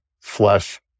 flesh